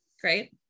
great